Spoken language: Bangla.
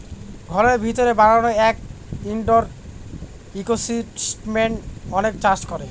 ঘরের ভিতরে বানানো এক ইনডোর ইকোসিস্টেম অনেকে চাষ করে